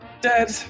Dead